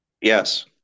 Yes